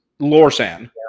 Lorsan